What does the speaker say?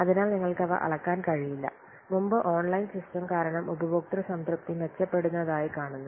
അതിനാൽ നിങ്ങൾക്ക് അവ അളക്കാൻ കഴിയില്ല മുമ്പ് ഓൺലൈൻ സിസ്റ്റം കാരണം ഉപഭോക്തൃ സംതൃപ്തി മെച്ചപ്പെടുന്നതായി കാണുന്നു